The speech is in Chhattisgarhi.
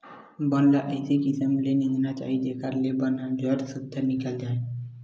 बन ल अइसे किसम ले निंदना चाही जेखर ले बन ह जर सुद्धा निकल जाए